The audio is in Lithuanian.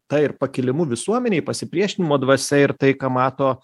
ta ir pakilimu visuomenei pasipriešinimo dvasia ir tai ką mato